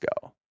go